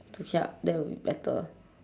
to help that will be better